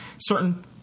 certain